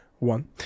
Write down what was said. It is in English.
One